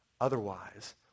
Otherwise